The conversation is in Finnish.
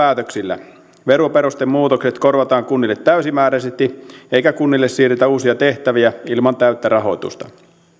päätöksillä veroperustemuutokset korvataan kunnille täysimääräisesti eikä kunnille siirretä uusia tehtäviä ilman täyttä rahoitusta